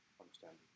Understand